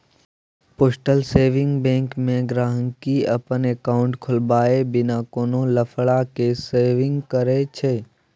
postal saving bank मे गांहिकी अपन एकांउट खोलबाए बिना कोनो लफड़ा केँ सेविंग करय छै